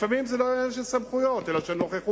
לפעמים זה לא עניין של סמכויות, אלא של נוכחות,